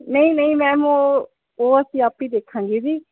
ਨਹੀਂ ਨਹੀਂ ਮੈਮ ਉਹ ਉਹ ਅਸੀਂ ਆਪੇ ਦੇਖਾਂਗੇ ਜੀ